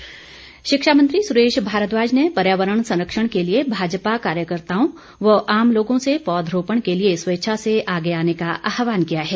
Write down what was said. भारद्वाज शिक्षा मंत्री सुरेश भारद्वाज ने पर्यावरण संरक्षण के लिए भाजपा कार्यकर्ताओं व आम लोगों से पौधरोपण के लिए स्वेच्छा से आगे आने का आहवान किया है